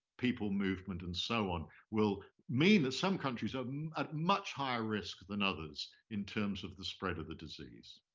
people movement and so on will mean that some countries are and at much higher risk than others in terms of the spread of the disease.